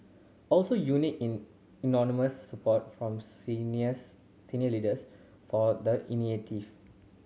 also unique in support from seniors senior leaders for the initiative